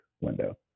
window